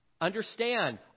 Understand